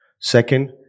Second